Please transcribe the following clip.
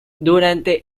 durante